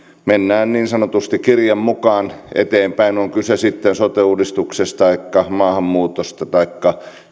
mennään niin sanotusti kirjan mukaan eteenpäin on kyse sitten sote uudistuksesta taikka maahanmuutosta taikka